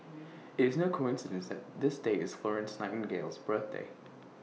IT is no coincidence that this date is Florence Nightingale's birthday